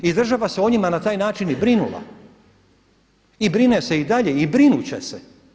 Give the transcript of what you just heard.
I država se o njima na taj način i brinula i brine se i dalje i brinut će se.